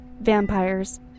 Vampires